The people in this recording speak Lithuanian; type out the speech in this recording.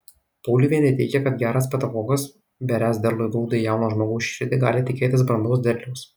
pauliuvienė teigia kad geras pedagogas beriąs derlų grūdą į jauno žmogaus širdį gali tikėtis brandaus derliaus